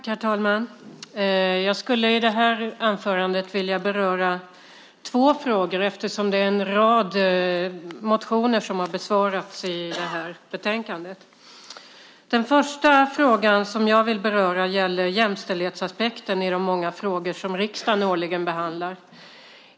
Herr talman! Jag skulle i mitt anförande vilja beröra två frågor eftersom det är en rad motioner som har besvarats i betänkandet. Den första frågan som jag vill beröra gäller jämställdhetsaspekten i de många frågor som riksdagen årligen behandlar.